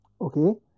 okay